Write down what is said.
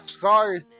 Sorry